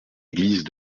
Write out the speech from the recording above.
église